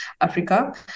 Africa